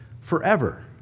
forever